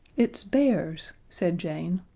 it's bears, said jane.